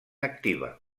activa